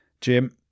Jim